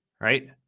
right